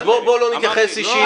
אז בואו לא נתייחס אישית.